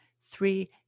three